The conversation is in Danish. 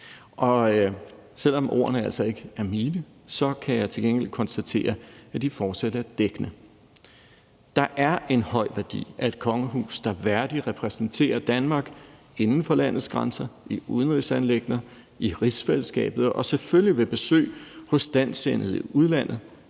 Selv om ordene altså ikke er mine, kan jeg til gengæld konstatere, at de fortsat er dækkende. Der er en høj værdi af et kongehus, der værdigt repræsenterer Danmark inden for landets grænser, i udenrigsanliggender, i rigsfællesskabet og selvfølgelig vil besøg hos dansksindede i udlandet,